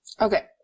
Okay